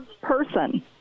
person